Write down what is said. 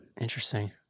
Interesting